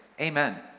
amen